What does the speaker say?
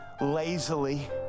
lazily